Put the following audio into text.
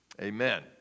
Amen